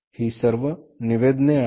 ही सर्व निवेदने काय आहेत